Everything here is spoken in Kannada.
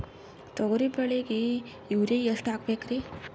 ತೊಗರಿ ಬೆಳಿಗ ಯೂರಿಯಎಷ್ಟು ಹಾಕಬೇಕರಿ?